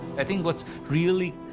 i think what's really,